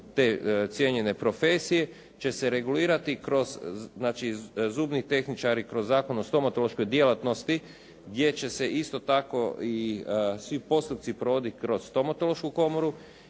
te cijenjene profesije će se regulirati kroz, znači zubni tehničari kroz Zakon o stomatološkoj djelatnosti gdje će se isto tako i svi postupci provoditi kroz stomatološku komoru